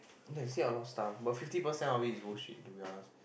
then you say a lot of stuff but fifty percent of it is bullshit to be honest